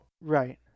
Right